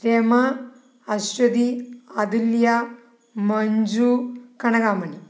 Rama Aswathi Athulya Manju Kanaka മണി